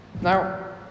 Now